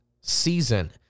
season